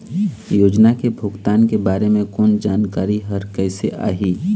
योजना के भुगतान के बारे मे फोन जानकारी हर कइसे आही?